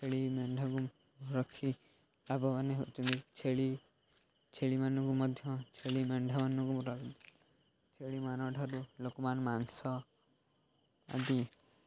ଛେଳି ମେଣ୍ଢକୁ ରଖି ଲାଭବାନ ହେଉଛନ୍ତି ଛେଳି ଛେଳିମାନଙ୍କୁ ମଧ୍ୟ ଛେଳି ମେଣ୍ଢାମାନଙ୍କୁ ଛେଳିମାନଙ୍କଠାରୁ ଲୋକମାନେ ମାଂସ ଆଦି